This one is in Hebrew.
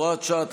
הוראת שעה),